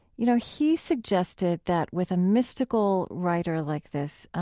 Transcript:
you know, he suggested that with a mystical writer like this,